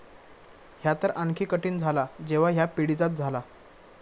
ह्या तर आणखी कठीण झाला जेव्हा ह्या पिढीजात झाला